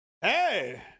hey